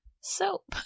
Soap